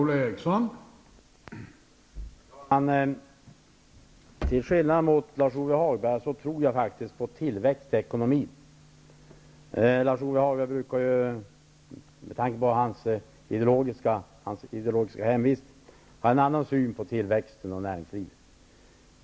Herr talman! Till skillnad från Lars-Ove Hagberg tror jag på tillväxt i ekonomin. Lars-Ove Hagberg brukar ha en annan syn på tillväxten och näringslivet, och det är förståeligt med tanke på hans ideologiska hemvist.